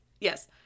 yes